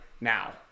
now